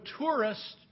tourists